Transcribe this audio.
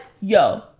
yo